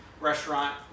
restaurant